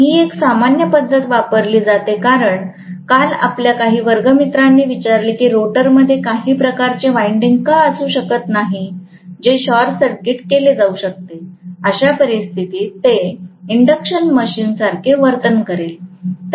ही एक सामान्य पद्धत वापरली जाते कारण काल आपल्या काही वर्गमित्रांनी विचारले की रोटरमध्ये काही प्रकारचे वाइंडिंग का असू शकत नाही जे शॉर्ट सर्किट केले जाऊ शकते अशा परिस्थितीत ते इंडक्शन मशीनसारखे वर्तन करेल